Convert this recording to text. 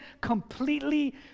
completely